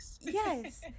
Yes